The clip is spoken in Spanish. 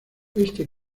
este